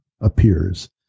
appears